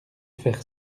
faire